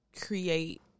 create